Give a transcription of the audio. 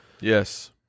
Yes